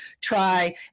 try